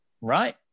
Right